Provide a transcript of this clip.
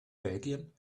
belgien